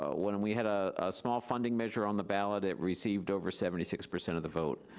when and we had a small funding measure on the ballot. it received over seventy six percent of the vote.